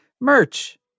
merch